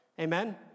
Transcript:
Amen